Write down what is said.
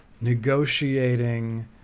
negotiating